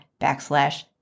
backslash